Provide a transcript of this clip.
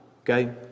okay